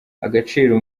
agaciro